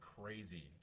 crazy